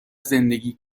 زندگی